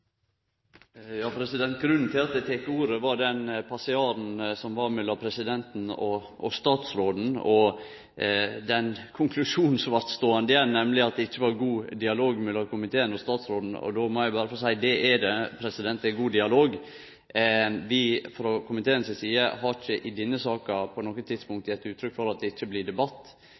at eg tek ordet, er den passiaren som var mellom presidenten og statsråden, og den konklusjonen som blei ståande igjen, nemleg at det ikkje var god dialog mellom komiteen og statsråden. Då må eg berre få seie at det er det; det er god dialog. Vi frå komiteen si side har ikkje i denne saka på noko tidspunkt gitt uttrykk for at det ikkje blir debatt.